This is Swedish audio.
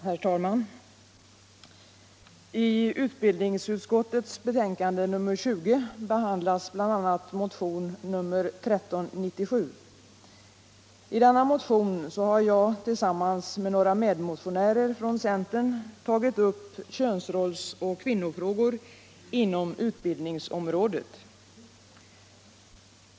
Herr talman! I utbildningsutskottets betänkande nr 20 behandlas bl.a. motion nr 1397. I denna motion har jag tillsammans med några medmotionärer från centern tagit upp könsrolls och kvinnofrågor inom utbildningsområdet.